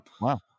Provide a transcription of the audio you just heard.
Wow